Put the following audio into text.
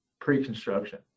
pre-construction